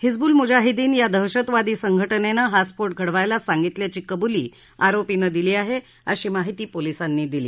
हिजबुल मुजाहिदीन या दहशतवादी संघटनेनं हा स्फोट घडवायला सांगितल्याची कबुली आरोपीनं दिली आहे अशी माहिती पोलिसांनी दिली